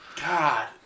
God